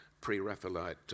pre-Raphaelite